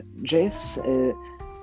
Jace